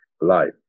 life